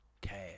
cash